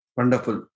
Wonderful